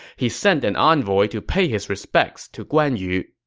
he sent an envoy to pay his respects to guan yu.